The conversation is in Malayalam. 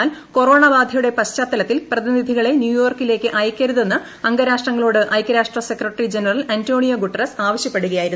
എന്നാൽ ക്കൊറ്റോണ് ബാധയുടെ പശ്ചാത്തലത്തിൽ പ്രതിനിധികളെ സ്പൂർയോർക്കിലേക്ക് അയയ്ക്കരുതെന്ന് അംഗരാഷ്ട്രട്ങളോട് ഐക്യരാഷ്ട്ര സെക്രട്ടറി ജനറൽ അന്റോണിയ്ക്കും ഗുട്ടറ്സ് ആവശ്യപ്പെടുകയായിരുന്നു